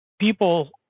people